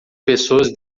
pessoas